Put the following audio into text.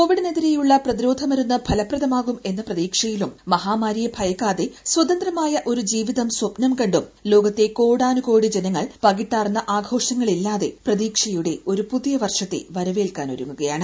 കോവിഡിനെതിരെയുള്ള പ്രതിരോധമരുന്ന് ഫലപ്രദ്മാകും എന്ന പ്രതീക്ഷയിലും മഹാമാരിയെ ഭയക്കാതെ സ്വതന്ത്രമായ ഒരു ജീവിതം സ്വപ്നം കണ്ടും ലോകത്തെ കോടാനുകോടി ജനങ്ങൾ പകിട്ടാർന്ന ആഘോഷങ്ങളില്ലാതെ പ്രതീക്ഷയുടെ ഒരു പുതിയ വർഷത്തെ വരവേൽക്കാൻ ഒരുങ്ങുകയാണ്